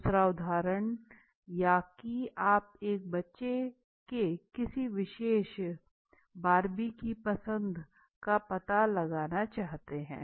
दूसरा उदहारण या की की आप एक बच्चा के किसी विशेष बार्बी की पसंद का पता लगाना चाहते हैं